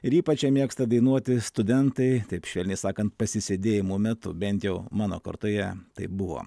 ir ypač ją mėgsta dainuoti studentai taip švelniai sakant pasisėdėjimo metu bent jau mano kartoje tai buvo